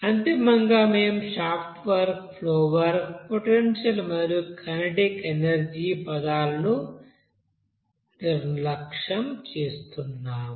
అంతిమంగా మేము shaft work flow work potential మరియు కైనెటిక్ ఎనర్జీ పదాలను నిర్లక్ష్యం చేస్తున్నాము